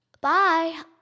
Bye